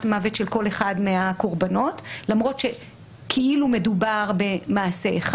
מוות של כל אחד מהקורבנות למרות שכאילו מדובר במעשה אחד.